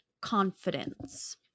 confidence